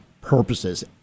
purposes